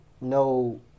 no